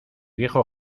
viejo